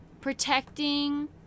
protecting